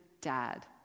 dad